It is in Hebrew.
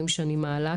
לוועדה.